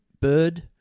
bird